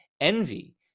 envy